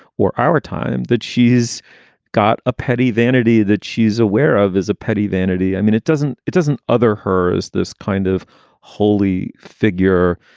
or ourtime that she's got a petty vanity that she's aware of is a petty vanity. i mean, it doesn't it doesn't other her as this kind of holy figure,